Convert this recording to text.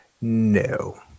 No